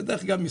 ודרך אגב,